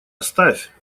оставь